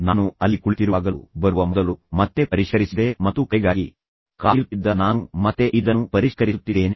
ನಾನು ಅಲ್ಲಿ ಕುಳಿತಿರುವಾಗಲೂ ಬರುವ ಮೊದಲು ಮತ್ತೆ ಪರಿಷ್ಕರಿಸಿದೆ ಮತ್ತು ಕರೆಗಾಗಿ ಕಾಯುತ್ತಿದ್ದ ನಾನು ಮತ್ತೆ ಇದನ್ನು ಪರಿಷ್ಕರಿಸುತ್ತಿದ್ದೇನೆ